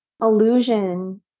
illusion